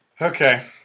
Okay